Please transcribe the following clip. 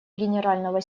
генерального